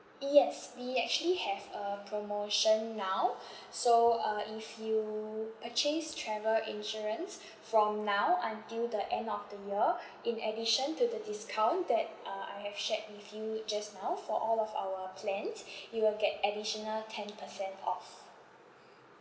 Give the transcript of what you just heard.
yes we actually have a promotion now so uh if you purchase travel insurance from now until the end of the year in addition to the discount that uh I have shared with you just now for all of our plans you will get additional ten percent off